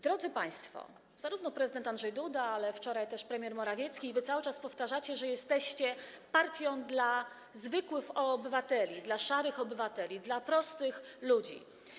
Drodzy państwo, zarówno prezydent Andrzej Duda, jak i wczoraj premier Morawiecki i wy cały czas powtarzacie, że jesteście partią dla zwykłych obywateli, dla szarych obywateli, dla prostych ludzi.